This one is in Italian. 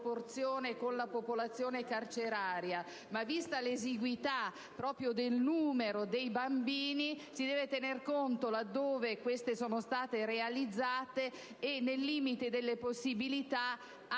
con la popolazione carceraria. Ma vista l'esiguità del numero dei bambini coinvolti, si deve tener conto, là dove queste sono state realizzate e nei limiti delle possibilità, anche